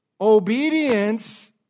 Obedience